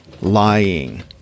lying